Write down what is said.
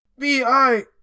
BI